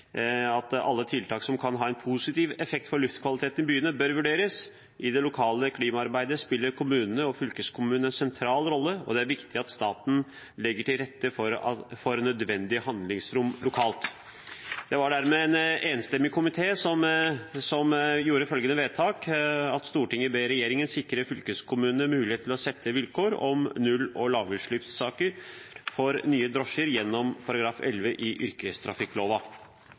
at «alle tiltak som kan ha en positiv effekt for luftkvaliteten i byene, bør vurderes. I det lokale klimaarbeidet spiller kommunene og fylkeskommunen en sentral rolle, og det er viktig at staten legger til rette for nødvendig handlingsrom lokalt». Det var en nesten enstemmig komité som fremmet følgende forslag til vedtak: «Stortinget ber regjeringen sikre fylkeskommunene mulighet til å sette vilkår om null- og lavutslippssaker for nye drosjer gjennom § 11 i yrkestrafikklova.»